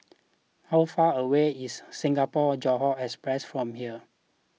how far away is Singapore Johore Express from here